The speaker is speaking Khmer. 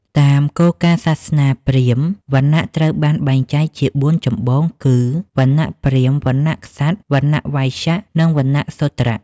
តាមគោលការណ៍សាសនាព្រាហ្មណ៍ វណ្ណៈត្រូវបានបែងចែកជាបួនចម្បងគឺ វណ្ណៈព្រាហ្មណ៍ វណ្ណៈក្សត្រ វណ្ណៈវៃស្យ និងវណ្ណៈសូទ្រ ។